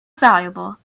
valuable